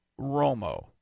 Romo